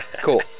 cool